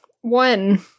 one